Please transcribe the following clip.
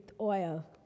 oil